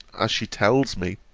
as she tells me,